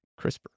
CRISPR